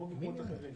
כמו במקומות אחרים,